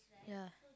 ya